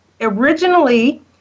originally